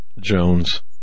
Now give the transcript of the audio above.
Jones